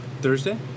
Thursday